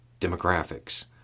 demographics